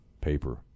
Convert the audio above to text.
paper